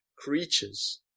creatures